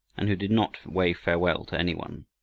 and who did not wave farewell to any one.